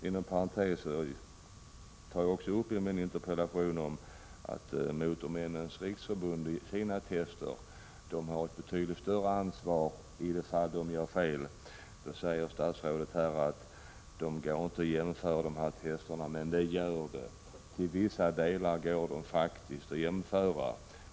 Inom parentes tar jag också i min interpellation upp att Motormännens riksförbund i sina tester har ett betydligt större ansvar ifall de gör fel. Statsrådet säger att dessa tester inte går att jämföra, men det gör de. Till vissa delar går de faktiskt att jämföra.